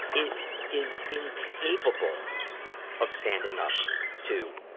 yeah is incapable of standing up to